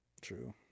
True